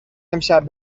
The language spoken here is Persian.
امشب